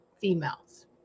females